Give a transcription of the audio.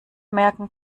merken